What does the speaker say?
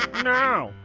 now,